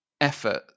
effort